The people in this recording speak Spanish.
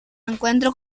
encuentro